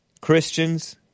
Christians